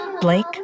Blake